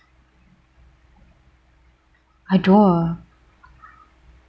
I don't uh